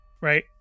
right